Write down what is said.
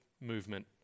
movement